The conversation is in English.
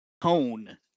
tone